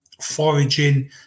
foraging